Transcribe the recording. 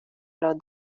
los